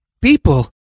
people